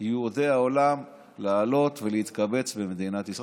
יהודי העולם לעלות ולהתקבץ במדינת ישראל.